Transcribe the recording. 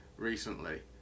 recently